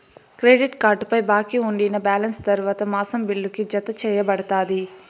credit కార్డుపై బాకీ ఉండినా బాలెన్స్ తర్వాత మాసం బిల్లుకి, జతచేయబడతాది